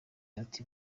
uti